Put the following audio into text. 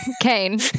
Kane